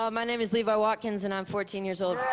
um my name is levi watkins, and i'm fourteen years old.